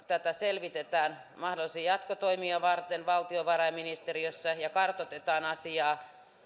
tätä selvitetään mahdollisia jatkotoimia varten valtiovarainministeriössä ja kartoitetaan asiaa